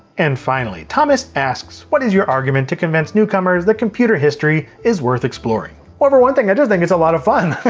and finally, thomas asks, what is your argument to convince newcomers that computer history is worth exploring? well for one thing, i just think it's a lot of fun.